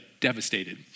devastated